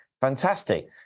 fantastic